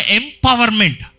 empowerment